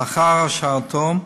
לאחר הרשעתו,